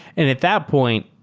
and at that point,